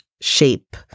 Shape